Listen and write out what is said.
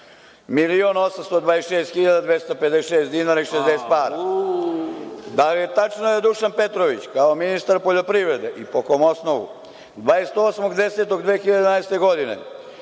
256 dinara i 60 para? Da li je tačno da Dušan Petrović, kao ministar poljoprivrede i po kom osnovu 28. oktobra 2011. godine,